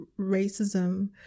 racism